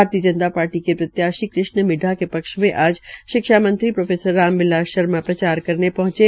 भारतीय जनता पार्टी के प्रत्याशी कृष्ण मिडडा के पक्ष में आज शिक्षामंत्री प्रो राम बिलास शर्मा प्रचार करने पहुंचे